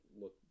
look